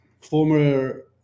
former